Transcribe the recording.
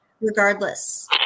regardless